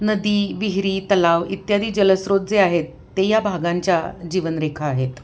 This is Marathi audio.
नदी विहरी तलाव इत्यादी जलस्रोत जे आहेत ते या भागांच्या जीवनरेखा आहेत